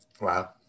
Wow